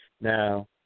Now